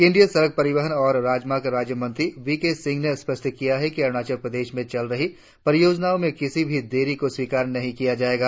केंद्रीय सड़क परिवहन और राजमार्ग राज्य मंत्री वी के सिंह ने स्पष्ट किया है कि अरुणाचल प्रदेश में चल रही परियोजनाओं में किसी भी देरी को स्वीकार नहीं किया जाएगा